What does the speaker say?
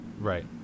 Right